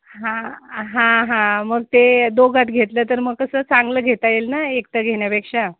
हां हां हां मग ते दोघात घेतलं तर मग कसं चांगलं घेता येईल ना एकटं घेण्यापेक्षा